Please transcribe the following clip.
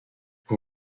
vous